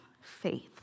faith